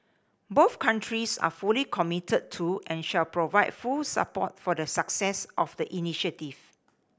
both countries are fully committed to and shall provide full support for the success of the initiative